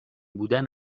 بودن